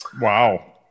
Wow